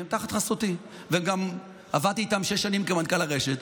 שהם תחת חסותי וגם עבדתי איתם שש שנים כמנכ"ל הרשת,